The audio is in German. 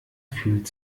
fühlt